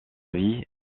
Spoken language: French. vie